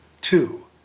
Two